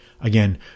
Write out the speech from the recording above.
Again